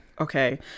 Okay